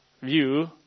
view